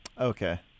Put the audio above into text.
Okay